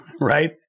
right